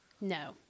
No